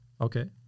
Okay